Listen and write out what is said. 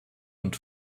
und